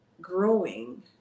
growing